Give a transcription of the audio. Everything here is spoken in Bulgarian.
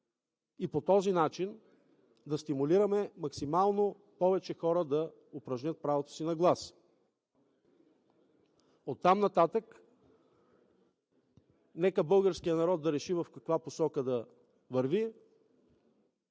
и по този начин да стимулираме максимално повече хора да упражнят правото си на глас. Оттам нататък нека българският народ да реши в каква посока да върви